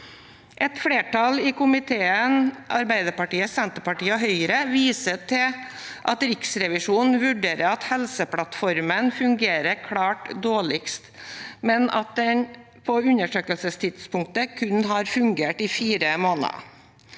Et flertall i komiteen, Arbeiderpartiet, Senterpartiet og Høyre, viser til at Riksrevisjonen vurderer at Helseplattformen fungerer klart dårligst, men at den på undersøkelsestidspunktet kun hadde fungert i fire måneder.